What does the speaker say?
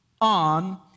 on